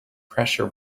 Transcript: pressure